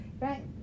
right